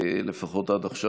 לפחות עד עכשיו,